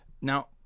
Now